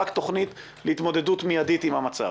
רק תוכנית להתמודדות מיידית עם המצב.